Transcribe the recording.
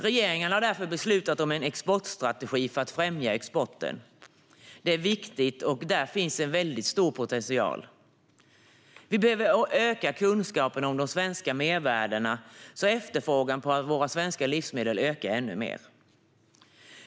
Regeringen har därför beslutat om en exportstrategi för att främja exporten. Det är viktigt, för här finns en stor potential. Vi behöver öka kunskapen om de svenska mervärdena så efterfrågan på våra svenska livsmedel ökar ännu mer.